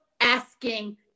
asking